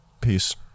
Peace